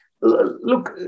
Look